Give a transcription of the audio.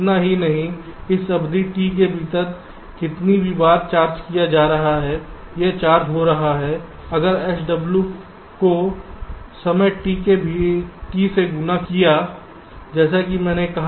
इतना ही नहीं इस अवधि T के भीतर कितनी बार चार्ज किया जा रहा है यह चार्ज हो रहा है अगर SW को समय T से गुना किया जैसा कि मैंने कहा